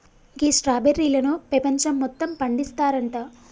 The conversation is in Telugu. గీ స్ట్రాబెర్రీలను పెపంచం మొత్తం పండిస్తారంట